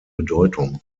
bedeutung